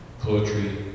poetry